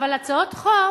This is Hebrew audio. אבל הצעת חוק